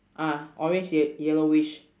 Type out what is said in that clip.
ah orange ye~ yellowish